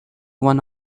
one